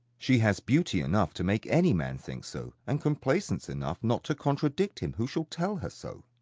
she has beauty enough to make any man think so, and complaisance enough not to contradict him who shall tell her so.